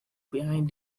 behind